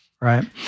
Right